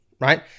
right